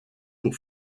pour